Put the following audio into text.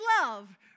love